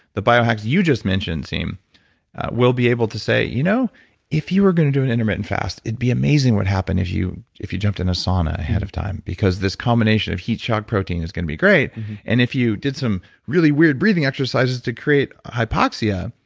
the bio-hacks you just mentioned, siim we'll be able to say, you know if you were going to do an intermittent fast it'd be amazing what happened if you if you jumped in a sauna ahead of time because this combination of heat shock protein is going to be great and if you did some really weird breathing exercises to create hypoxia,